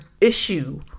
issue